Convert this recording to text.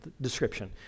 description